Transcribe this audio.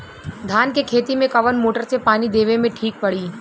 धान के खेती मे कवन मोटर से पानी देवे मे ठीक पड़ी?